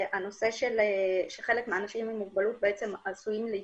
הנושא שחלק מהאנשים עם מוגבלות עשויים,